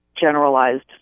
generalized